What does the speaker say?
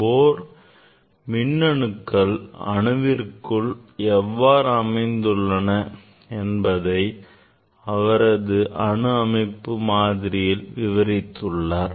Bohr மின் அணுக்கள் அணுவிற்குள் எவ்வாறு அமைந்துள்ளன என்பதை அவரது அணு அமைப்பு மாதிரியில் விவரித்துள்ளார்